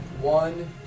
One